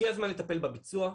הגיע הזמן לטפל בביצוע,